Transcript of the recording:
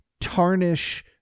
tarnish